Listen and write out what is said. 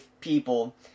people